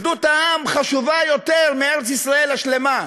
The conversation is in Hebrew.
אחדות העם חשובה מארץ-ישראל השלמה.